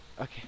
Okay